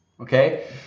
Okay